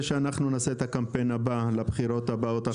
שאנחנו נעשה את הקמפיין הבא לבחירות הבאות אחרי?